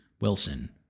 Wilson